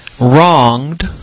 Wronged